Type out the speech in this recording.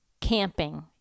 camping